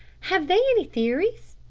have they any theories?